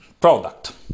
product